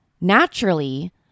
Naturally